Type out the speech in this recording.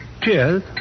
Cheers